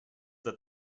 that